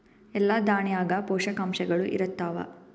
ಎಲ್ಲಾ ದಾಣ್ಯಾಗ ಪೋಷಕಾಂಶಗಳು ಇರತ್ತಾವ?